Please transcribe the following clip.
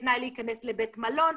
כתנאי להיכנס לבית מלון.